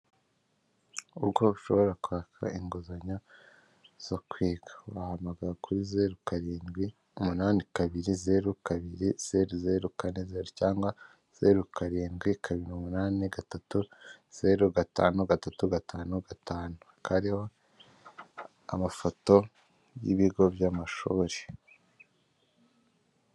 Uko ushobora kwaka inguzanyo zo kwiga wahamagara kuri, zeru karindwi umunani kabiri, zeru kabiri zeru, zeru kane zeru, cyangwa zeru karindwi kabiri umunani gatatu ,zeru gatanu gatatu, gatanu gatanu, kariho amafoto y'ibigo by'amashuri.